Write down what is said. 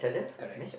correct